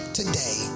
today